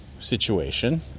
situation